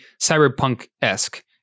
cyberpunk-esque